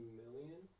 million